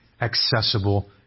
accessible